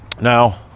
now